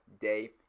day